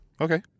Okay